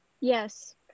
Yes